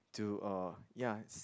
to uh ya it's